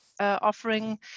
offering